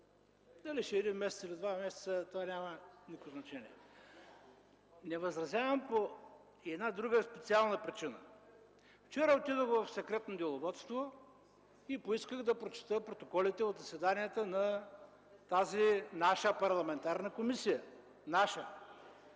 Дали ще е един месец, или два месеца – това няма никакво значение. Не възразявам и по една друга специална причина. Вчера отидох в „Секретно деловодство” и поисках да прочета протоколите от заседанията на тази наша парламентарна комисия. Наша!